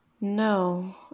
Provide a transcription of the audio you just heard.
No